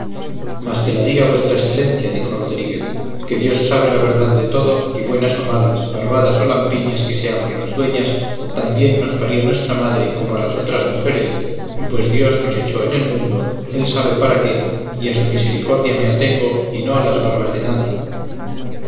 mas que la diga vuestra excelencia dijo rodríguez que dios sabe la verdad de todo y buenas o malas barbadas o lampiñas que seamos las dueñas también nos parió nuestra madre como a las otras mujeres y pues dios nos echó en el mundo él sabe para qué y a su misericordia me atengo y no a las barbas de nadie